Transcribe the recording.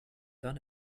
done